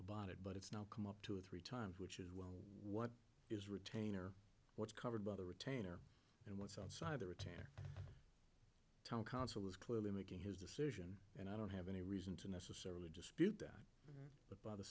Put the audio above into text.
had bought it but it's now come up two or three times which is what is retainer what's covered by the retainer and what's outside of the retainer town council was clearly making his decision and i don't have any reason to necessarily dispute that but by the